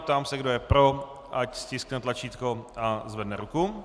Ptám se, kdo je pro, ať stiskne tlačítko a zvedne ruku.